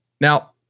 Now